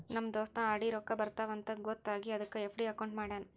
ನಮ್ ದೋಸ್ತ ಆರ್.ಡಿ ರೊಕ್ಕಾ ಬರ್ತಾವ ಅಂತ್ ಗೊತ್ತ ಆಗಿ ಅದಕ್ ಎಫ್.ಡಿ ಅಕೌಂಟ್ ಮಾಡ್ಯಾನ್